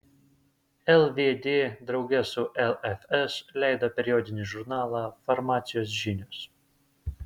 lvd drauge su lfs leido periodinį žurnalą farmacijos žinios